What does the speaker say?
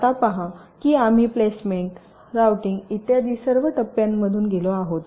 आता पहा की आम्ही प्लेसमेंट रूटिंग इत्यादी या सर्व टप्प्यातून गेलो आहोत